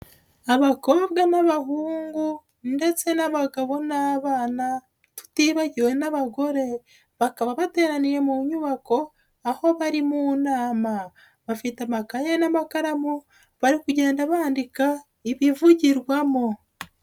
Abakobwa n'abahungu ndetse n'abagabo n'abana tutibagiwe n'abagore, bakaba bateraniye mu nyubako aho bari mu nama, bafite amakaye n'amakaramu bari kugenda bandika ibivugirwamo.